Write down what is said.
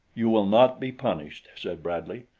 you will not be punished, said bradley.